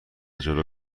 جلو